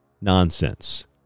nonsense